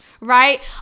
right